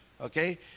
Okay